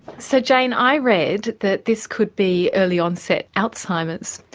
so jane, i read that this could be early-onset alzheimer's.